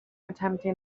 attempting